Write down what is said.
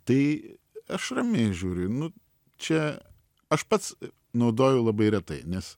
tai aš ramiai žiūriu nu čia aš pats naudoju labai retai nes